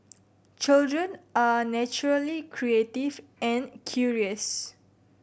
children are naturally creative and curious